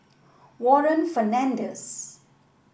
Warren Fernandez